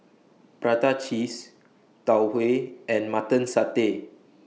Prata Cheese Tau Huay and Mutton Satay